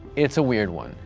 it's a weird one.